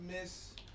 Miss